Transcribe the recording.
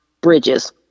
Bridges